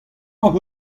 hocʼh